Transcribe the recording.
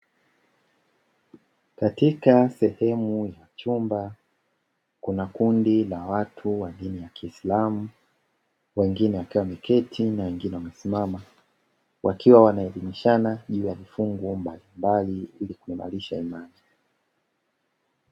Katika sehemu ya chumba, kuna kundi la watu wa dini ya kiislamu. Wengine wakiwa wameketi na wengine wamesimama. Wakiwa wanaelimishana, juu ya vifungu mbalimbali ili kuimarisha imani.